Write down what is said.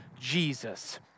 Jesus